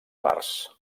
parts